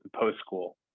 post-school